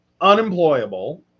unemployable